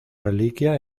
reliquia